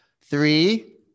Three